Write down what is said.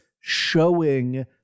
showing